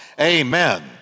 Amen